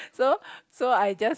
so so I just